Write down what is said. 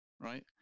right